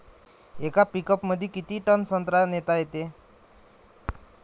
येका पिकअपमंदी किती टन संत्रा नेता येते?